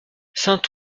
saint